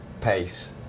pace